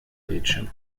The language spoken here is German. bildschirm